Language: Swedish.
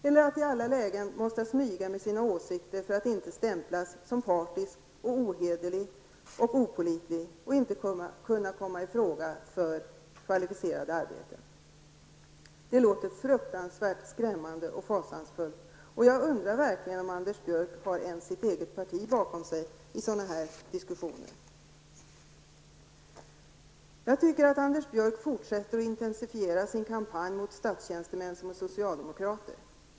Eller skall man i alla lägen vara tvungen att smyga med sina åsikter för att inte stämplas som partisk och ohederlig och opålitlig och inte kunna komma i fråga för kvalificerade arbeten? Detta låter fruktansvärt skrämmande och fasansfullt. Jag undrar om Anders Björck ens har sitt eget parti bakom sig i sådana diskussioner. Jag tycker Anders Björck fortsätter att intensifiera sin kampanj mot statstjänstemän som är socialdemokrater.